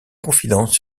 confidences